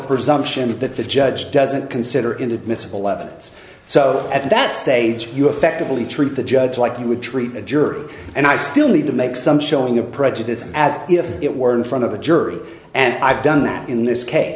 presumption that the judge doesn't consider him to admissible evidence so at that stage you affectively treat the judge like you would treat a juror and i still need to make some showing a prejudice as if it were in front of a jury and i've done that in this case